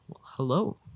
Hello